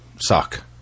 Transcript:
suck